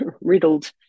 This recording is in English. riddled